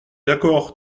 d’accord